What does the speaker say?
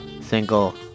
single